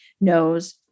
knows